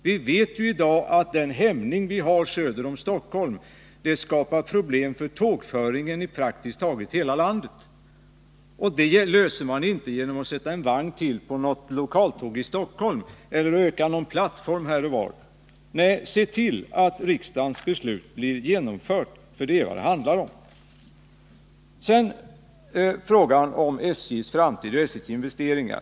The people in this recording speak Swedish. Vi vet att den hämning som i dag råder söder om Stockholm skapar problem för tågföringen i praktiskt taget hela landet. Ett sådant problem löser man inte genom att sätta till en vagn till något lokaltåg i Stockholm eller förlänga någon plattform. Nej, se till att riksdagens beslut blir genomfört, för det är detta det handlar om. Sedan till frågan om SJ:s framtid och SJ:s investeringar.